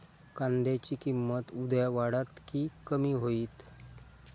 कांद्याची किंमत उद्या वाढात की कमी होईत?